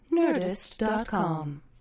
nerdist.com